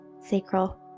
sacral